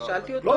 אני שאלתי אותו.